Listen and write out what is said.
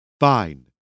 fine